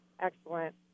excellent